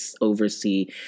oversee